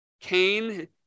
Cain